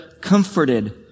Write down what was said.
comforted